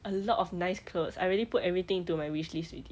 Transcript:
a lot of nice clothes I already put everything into my wish list already